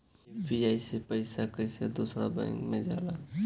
UPI से पैसा कैसे दूसरा बैंक मे जाला?